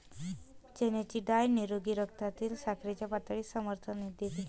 चण्याची डाळ निरोगी रक्तातील साखरेच्या पातळीस समर्थन देते